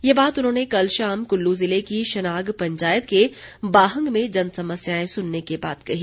ये बात उन्होंने कल शाम कुल्लू जिले की शनाग पंचायत के बाहंग में जनसमस्याएं सुनने के बाद कही